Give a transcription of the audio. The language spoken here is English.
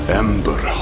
ember